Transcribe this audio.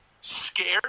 scared